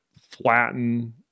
flatten